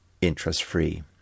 interest-free